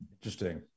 Interesting